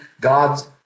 God's